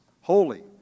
holy